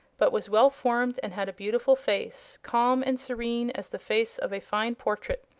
but was well formed and had a beautiful face calm and serene as the face of a fine portrait.